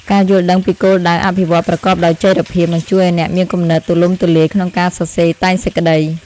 ការយល់ដឹងពីគោលដៅអភិវឌ្ឍន៍ប្រកបដោយចីរភាពនឹងជួយឱ្យអ្នកមានគំនិតទូលំទូលាយក្នុងការសរសេរតែងសេចក្តី។